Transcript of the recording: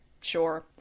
sure